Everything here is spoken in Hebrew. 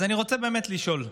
אז אני רוצה באמת לשאול,